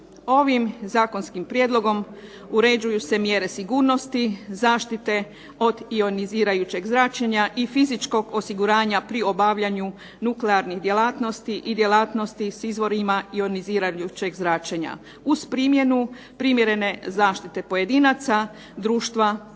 Ovim zakonskom prijedlogom uređuju se mjere sigurnosti, zaštite od ionizirajućeg zračenja i fizičkog osiguranja pri obavljanju nuklearnih djelatnosti i djelatnosti s izvorima ionizirajućeg zračenja. Uz primjenu primjerene zaštite pojedinaca društva